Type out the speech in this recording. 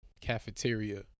cafeteria